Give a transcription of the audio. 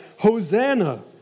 Hosanna